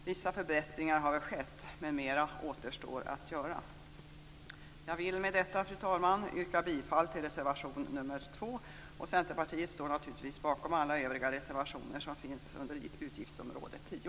Vissa förbättringar har väl skett, men mera återstår att göra. Jag vill med detta, fru talman, yrka bifall till reservation nr 2. Centerpartiet står naturligtvis bakom alla övriga reservationer under utgiftsområde 10.